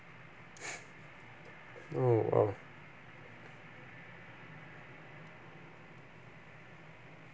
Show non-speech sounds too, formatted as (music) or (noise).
(breath) no oh